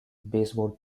baseball